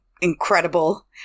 incredible